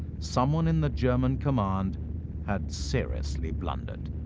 someone in the german command had seriously blundered.